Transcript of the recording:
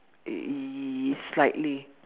ya slightly